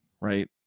right